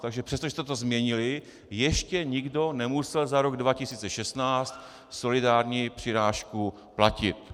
Takže přestože jste to změnili, ještě nikdo nemusel za rok 2016 solidární přirážku platit.